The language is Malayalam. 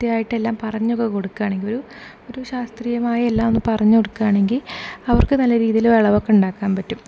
കൃത്യമായിട്ടെല്ലാം പറഞ്ഞതൊക്കെ കൊടുക്കാനാണെങ്കിൽ ഒരു ശാസ്ത്രീയമായി എല്ലാം ഒന്ന് പറഞ്ഞ് കൊടുക്കാനാണെങ്കിൽ അവർക്ക് നല്ല രീതിയിൽ വിളവൊക്കെ ഉണ്ടാക്കാൻ പറ്റും